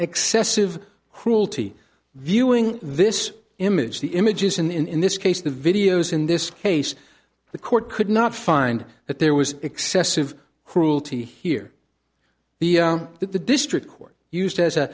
excessive cruelty viewing this image the images in this case the videos in this case the court could not find that there was excessive cruelty here the that the district court used as a